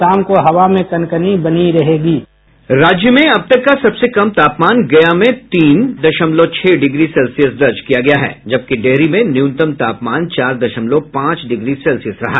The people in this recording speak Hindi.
साउंड बाईट राज्य में अब तक का सबसे कम तापमान गया में तीन दशमलव छह डिग्री सेल्सियस दर्ज किया गया है जबकि डेहरी में न्यूनतम तापमान चार दशमलव पांच डिग्री सेल्सियस रहा